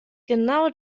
genau